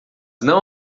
não